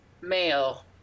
male